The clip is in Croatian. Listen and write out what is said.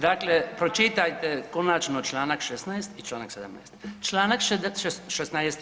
Dakle, pročitajte konačno Članak 16. i Članak 17., Članak 16.